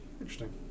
Interesting